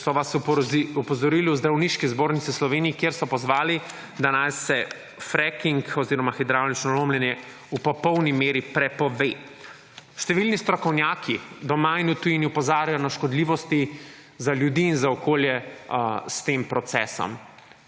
so vas opozorili v Zdravniški zbornici Slovenije kjer so pozvali, da naj se fracking oziroma hidravlično lomljenje v popolni meri prepove. Številni strokovnjaki doma in v tujini opozarjajo na škodljivosti za ljudi in za okolje s tem procesom,